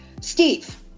Steve